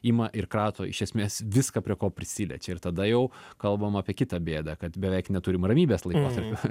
ima ir krato iš esmės viską prie ko prisiliečia ir tada jau kalbam apie kitą bėdą kad beveik neturim ramybės laikotarpio